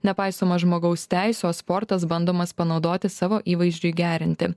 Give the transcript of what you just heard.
nepaisoma žmogaus teisių o sportas bandomas panaudoti savo įvaizdžiui gerinti